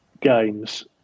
games